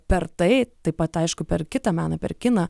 per tai taip pat aišku per kitą meną per kiną